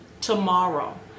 tomorrow